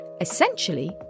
Essentially